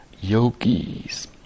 yogis